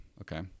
okay